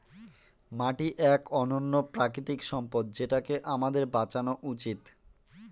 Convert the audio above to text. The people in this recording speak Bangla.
মাটি এক অনন্য প্রাকৃতিক সম্পদ যেটাকে আমাদের বাঁচানো উচিত